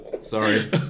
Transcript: Sorry